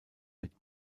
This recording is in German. mit